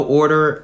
order